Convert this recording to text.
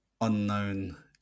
unknown